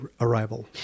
arrival